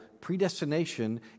predestination